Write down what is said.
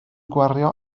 gwario